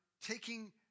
taking